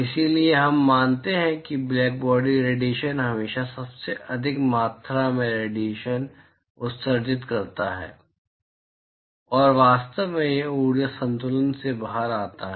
इसलिए हम मानते हैं कि ब्लैकबॉडी रेडिएशन हमेशा सबसे अधिक मात्रा में रेडिएशन उत्सर्जित करता है और वास्तव में यह ऊर्जा संतुलन से बाहर आता है